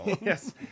Yes